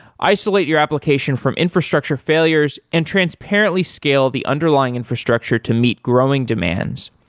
isolate your application from infrastructure failures and transparently scale the underlying infrastructure to meet growing demands,